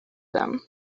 them